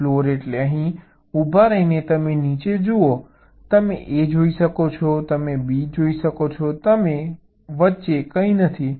અને ફ્લોર એટલે અહીં ઊભા રહીને તમે નીચે જુઓ તમે A જોઈ શકો છો તમે B જોઈ શકો છો વચ્ચે કંઈ નથી